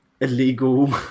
illegal